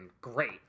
great